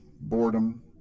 boredom